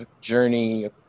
journey